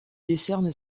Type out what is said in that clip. décerne